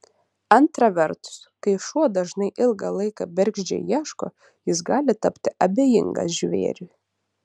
antra vertus kai šuo dažnai ilgą laiką bergždžiai ieško jis gali tapti abejingas žvėriui